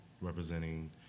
representing